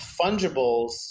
fungibles